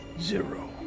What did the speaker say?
Zero